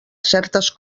certes